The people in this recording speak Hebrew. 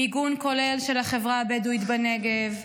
מיגון כולל של החברה הבדואית בנגב,